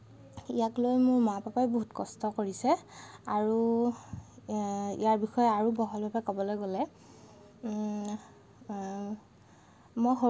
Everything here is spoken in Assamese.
ইয়াক লৈ মোৰ মা পাপাই বহুত কষ্ট কৰিছে আৰু ইয়াৰ বিষয়ে আৰু বহলকৈ ক'বলৈ গ'লে